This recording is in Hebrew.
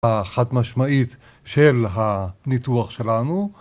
החד משמעית של הניתוח שלנו